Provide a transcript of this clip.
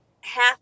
half